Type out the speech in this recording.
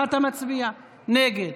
נגד.